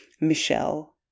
Michelle